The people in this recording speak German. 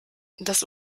das